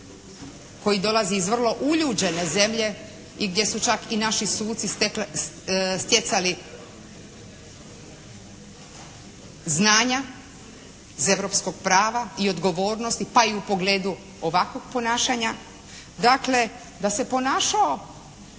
koji dolazi iz vrlo uljuđene zemlje i gdje su čak i naši suci stjecali znanja iz europskog prava i odgovornosti pa i u pogledu ovakvog ponašanja, dakle da ponašao